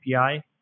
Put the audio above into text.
API